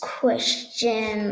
question